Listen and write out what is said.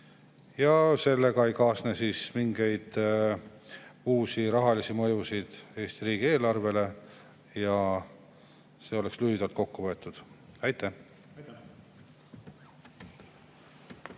Sellega ei kaasne mingeid uusi rahalisi mõjusid Eesti riigieelarvele. See on lühidalt kokku võetud. Aitäh!